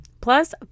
plus